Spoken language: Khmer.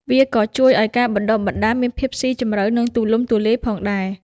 វាក៏ជួយឱ្យការបណ្តុះបណ្តាលមានភាពស៊ីជម្រៅនិងទូលំទូលាយផងដែរ។